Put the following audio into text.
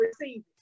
receive